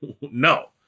No